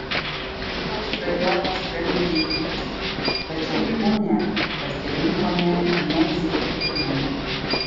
alytaus rajonas gan didelis tačiau punią pasirinkome neatsitiktinai